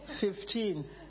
Fifteen